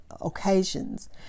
occasions